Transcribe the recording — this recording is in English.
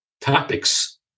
Topics